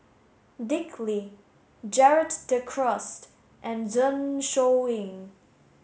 Dick Lee Gerald De Cruz and Zeng Shouyin